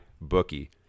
bookie